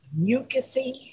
mucousy